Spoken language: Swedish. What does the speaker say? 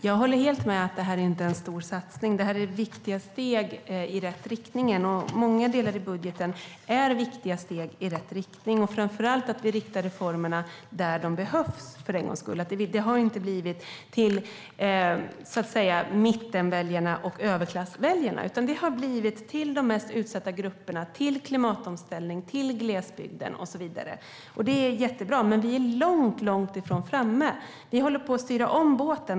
Herr talman! Jag håller helt med om att detta inte är någon stor satsning, men det är viktiga steg i rätt riktning. Många delar i budgeten är viktiga steg i rätt riktning, och framför allt riktar vi reformerna dit där de behövs, för en gångs skull. De går inte till mittenväljarna och överklassväljarna, utan de går till de mest utsatta grupperna, till klimatomställningen, till glesbygden och så vidare. Det är jättebra, men vi är långt ifrån framme. Vi håller på att styra om båten.